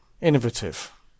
Innovative